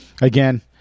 again